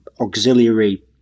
auxiliary